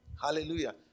Hallelujah